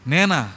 Nena